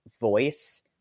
Voice